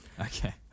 Okay